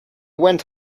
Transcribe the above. went